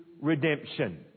redemption